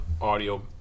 audio